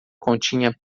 continha